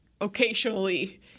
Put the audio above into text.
occasionally